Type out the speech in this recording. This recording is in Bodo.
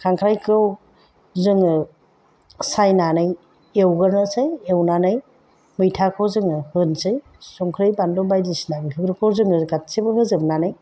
खांख्राइखौ जोङो सायनानै एवगोरनोसै एवनानै मैथाखौ जोङो होनोसै संख्रै बानलु बायदिसिना बेफोरखौ जोङो गासैबो होजोबनानै